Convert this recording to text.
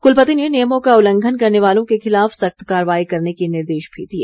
कुलपति ने नियमों का उलंघन करने वालों के खिलाफ सख्त कार्रवाई करने के निर्देश भी दिए